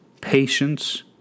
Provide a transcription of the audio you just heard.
patience